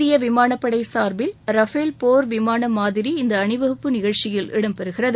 இந்திய விமானப்படை சார்பில் ரஃபேல் போர் விமான மாதிரி இந்த அணிவகுப்பு நிகழ்ச்சியில் இடம்பெறுகிறது